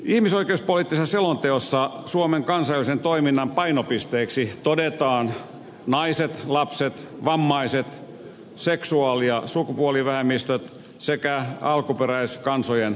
ihmisoikeuspoliittisessa selonteossa suomen kansainvälisen toiminnan painopisteeksi todetaan naiset lapset vammaiset seksuaali ja sukupuolivähemmistöt sekä alkuperäiskansojen oikeudet